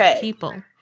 people